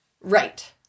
Right